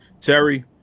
Terry